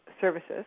services